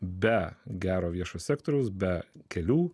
be gero viešo sektoriaus be kelių